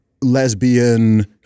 lesbian